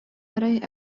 арай